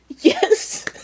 Yes